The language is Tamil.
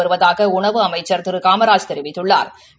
வருவதாக உணவு அமைச்சா் திரு காமராஜ் தெரிவித்துள்ளாா்